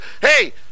Hey